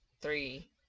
three